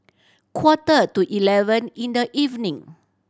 quarter to eleven in the evening